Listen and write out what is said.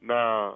Now